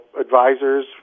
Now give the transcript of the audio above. advisors